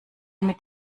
mit